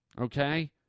okay